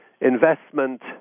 investment